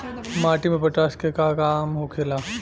माटी में पोटाश के का काम होखेला?